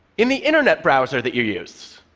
in the internet browser that you use.